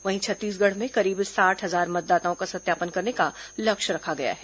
वहीं छत्तीसगढ़ में करीब साठ हजार मतदाताओं का सत्यापन करने का लक्ष्य रखा गया है